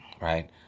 right